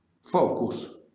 focus